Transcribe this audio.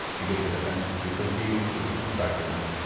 you get the different frequencies, the different spectrums.